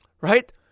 Right